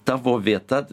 tavo vieta